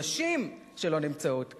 נשים שלא נמצאות כאן,